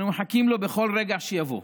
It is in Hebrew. אנו מחכים לו בכל רגע שיבוא,